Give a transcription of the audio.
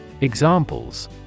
Examples